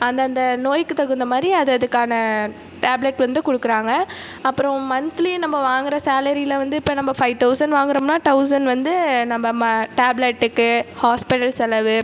அந்தந்த நோயிக்கு தகுந்த மாதிரி அதை அதுக்கான டேப்லெட் வந்து கொடுக்குறாங்க அப்புறம் மன்த்லி நம்ம வாங்கிற சேலரியில் வந்து இப்போது நம்ம ஃபைவ் தொளசண்ட் வாங்கிறோம்னா தொளசண்ட் வந்து நம்ம டேப்லெட்டுக்கு ஹாஸ்பிட்டல் செலவு